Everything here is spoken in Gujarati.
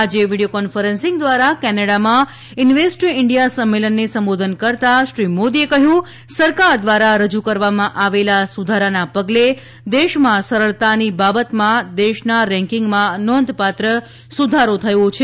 આજે વીડિયો કોન્ફરન્સિંગ દ્વારા કેનેડામાં ઈન્વેસ્ટ ઇન્ડિયા સંમેલનને સંબોધન કરતાં શ્રી મોદીએ કહ્યું કે સરકાર દ્વારા રજૂ કરવામાં આવેલા સુધારાના પગલે દેશમાં સરળતાની બાબતમાં દેશના રેન્કિંગમાં નોંધપાત્ર સુધારો થયો છે